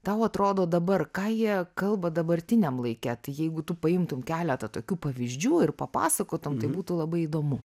tau atrodo dabar ką jie kalba dabartiniam laike tai jeigu tu paimtum keletą tokių pavyzdžių ir papasakotum tai būtų labai įdomu